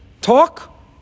talk